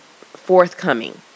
forthcoming